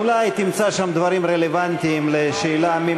אולי תמצא שם דברים רלוונטיים לשאלה מי